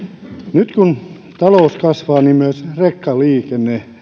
nyt kun talous kasvaa niin myös rekkaliikenne